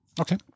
Okay